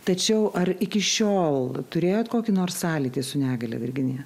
tačiau ar iki šiol turėjot kokį nors sąlytį su negalia virginija